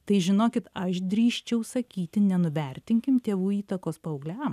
tai žinokit aš drįsčiau sakyti nenuvertinkim tėvų įtakos paaugliam